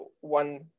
one